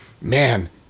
man